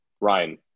Ryan